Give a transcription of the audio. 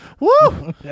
Woo